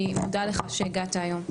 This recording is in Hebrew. אני מודה לך שהגעת היום.